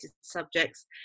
subjects